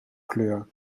kleur